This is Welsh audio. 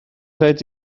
rhaid